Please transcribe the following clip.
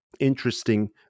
interesting